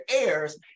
heirs